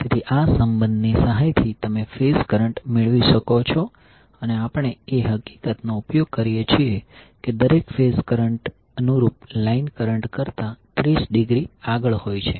તેથી આ સંબંધની સહાયથી તમે ફેઝ કરંટ મેળવી શકો છો અને આપણે એ હકીકતનો ઉપયોગ કરીએ છીએ કે દરેક ફેઝ કરંટ અનુરૂપ લાઈન કરંટ કરતા 30 ડિગ્રી આગળ હોય છે